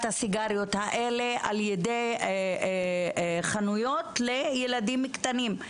הסיגריות האלה על ידי חנויות לילדים קטנים.